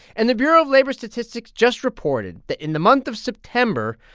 and the bureau of labor statistics just reported that in the month of september,